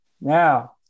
now